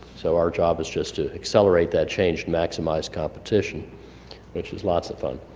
so our job is just to accelerate that change, maximize competition which is lots of fun.